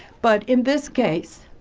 but in this case,